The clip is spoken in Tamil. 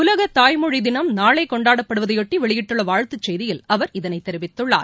உலகத் தாய்மொழி தினம் நாளை கொண்டாடப்படுவதையொட்டி வெளியிட்டுள்ள வாழ்த்துச் செய்தியில் அவர் இதனைத் தெரிவித்துள்ளார்